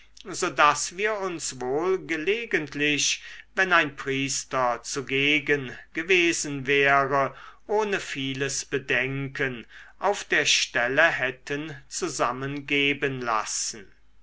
daß wir uns wohl gelegentlich wenn ein priester zugegen gewesen wäre ohne vieles bedenken auf der stelle hätten zusammengeben lassen